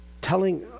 telling